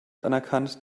anerkannt